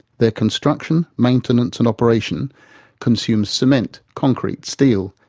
their construction, maintenance, and operation consumes cement, concrete, steel,